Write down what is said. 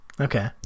Okay